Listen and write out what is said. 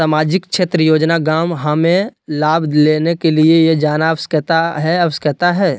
सामाजिक क्षेत्र योजना गांव हमें लाभ लेने के लिए जाना आवश्यकता है आवश्यकता है?